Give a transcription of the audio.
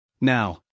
Now